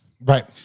Right